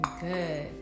Good